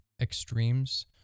extremes